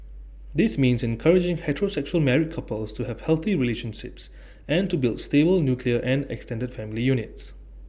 this means encouraging heterosexual married couples to have healthy relationships and to build stable nuclear and extended family units